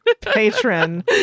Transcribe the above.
patron